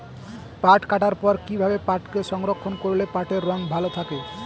পাট কাটার পর কি ভাবে পাটকে সংরক্ষন করলে পাটের রং ভালো থাকে?